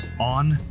on